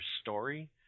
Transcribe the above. story